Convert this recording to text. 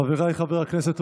חבריי חברי הכנסת,